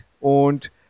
Und